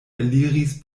eliris